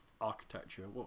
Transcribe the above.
architecture